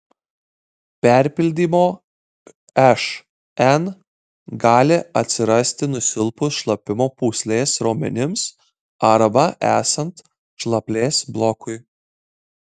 perpildymo šn gali atsirasti nusilpus šlapimo pūslės raumenims arba esant šlaplės blokui